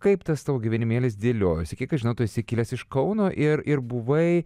kaip tas tavo gyvenimėlis dėliojosi kiek žinau tu esi kilęs iš kauno ir ir buvai